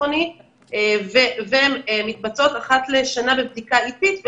ביטחוני והן מתבצעות אחת לשנה בבדיקה עתית.